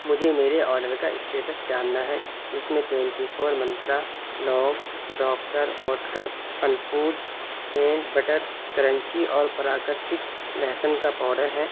مجھے میرے آرڈر کا اسٹیٹس جاننا ہے جس میں ٹوینٹی فور منترا لونگ Doctor Oetker Fun Foods peanut butter crunchy اور پراکرتک لہسن کا پاؤڈر ہیں